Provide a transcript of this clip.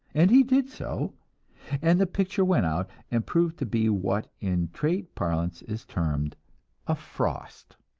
and he did so and the picture went out, and proved to be what in trade parlance is termed a frost